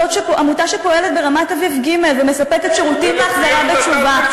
עמותה שפועלת ברמת-אביב ג' ומספקת שירותים להחזרה בתשובה,